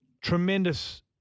Tremendous